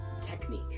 technique